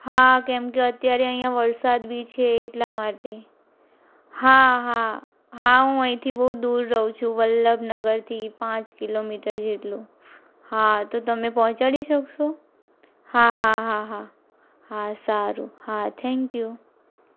હા કેમકે અત્યારે અહીં વરસાદ બી છે એટલા માટે હા હા હા હું અહીંથી બહુ દૂર રહું છું વલ્લભ નગરથી પાંચ કિલોમીટર જેટલું હા તો તમે પહોંચાડી શકશો હા હા હા હા સારું હા થેન્ક યુ